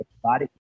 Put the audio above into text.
body